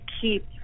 keep